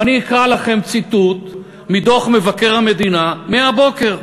ואני אקרא לכם ציטוט מדוח מבקר המדינה מהבוקר,